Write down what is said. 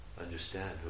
Understand